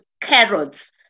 carrots